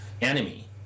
enemy